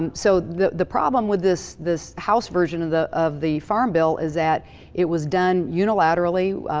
and so the the problem with this this house version of the of the farm bill is that it was done unilaterally.